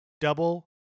Double